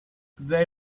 they